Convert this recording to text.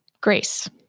grace